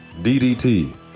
DDT